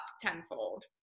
tenfold